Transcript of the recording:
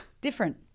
Different